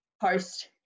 post